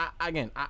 again